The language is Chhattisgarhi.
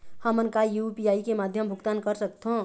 हमन का यू.पी.आई के माध्यम भुगतान कर सकथों?